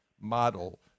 model